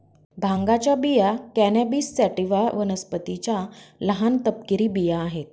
भांगाच्या बिया cannabis sativa वनस्पतीच्या लहान, तपकिरी बिया आहेत